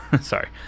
Sorry